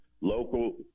local